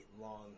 long